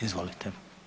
Izvolite.